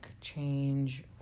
change